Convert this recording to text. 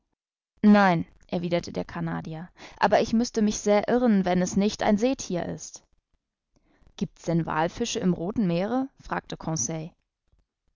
nein erwiderte der canadier aber ich müßte mich sehr irren wenn es nicht ein seethier ist gibt's den walfische im rothen meere fragte